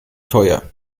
teuer